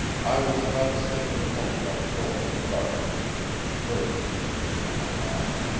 i was left standing alone by the door in the darkness, with a burden lifted from my mind.